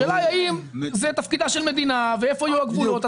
השאלה האם זה תפקידה של המדינה ואיפה הגבולות.